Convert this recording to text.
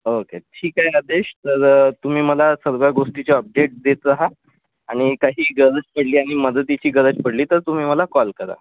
okay ठीक आहे आदेश तर तुम्ही मला सर्व गोष्टीची अपडेट देत रहा आणि काही गरज पडली आणि मदतीची गरज पडली तर तुम्ही मला कॉल करा